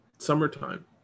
summertime